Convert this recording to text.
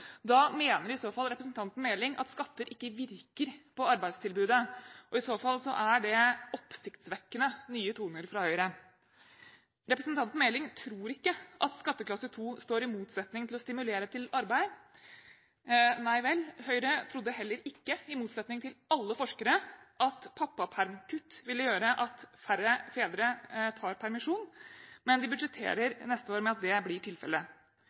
Da mener i så fall representanten Meling at skatter ikke virker på arbeidstilbudet, og i så fall er det oppsiktsvekkende nye toner fra Høyre – representanten Meling tror ikke at skatteklasse 2 står i motsetning til det å stimulere til arbeid. Nei vel – Høyre trodde heller ikke, i motsetning til alle forskere, at pappapermkutt ville gjøre at færre fedre tar permisjon, men de budsjetterer med at det blir tilfellet